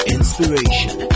Inspiration